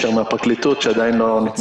לי.